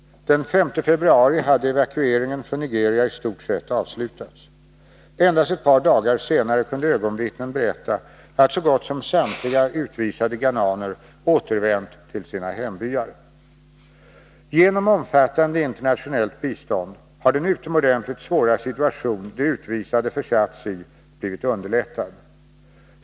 Den 5 februari hade evakueringen från Nigeria i stort sett avslutats. Endast ett par dagar senare kunde ögonvittnen berätta att så gott som samtliga Genom omfattande internationellt bistånd har den utomordentligt svåra situation de utvisade försatts i underlättats.